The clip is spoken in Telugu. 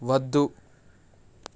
వద్దు